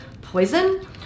poison